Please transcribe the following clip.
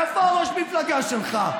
איפה ראש המפלגה שלך?